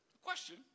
Question